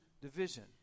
division